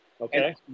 Okay